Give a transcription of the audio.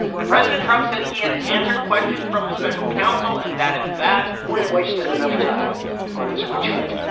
and president trump says he has answered questions from the special counsel, and that is that we've wasted enough time on this witch hunt.